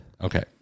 Okay